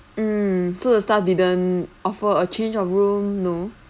mm so the staff didn't offer a change of room no